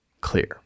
clear